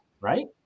Right